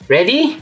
Ready